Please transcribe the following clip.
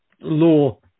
Law